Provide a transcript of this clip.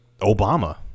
Obama